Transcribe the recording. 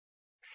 C rate क्या है